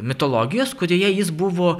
mitologijos kurioje jis buvo